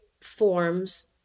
forms